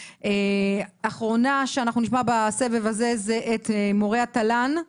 אחרונה שנשמע בדיון הזה היא נציגת מורי התל"ן,